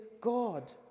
God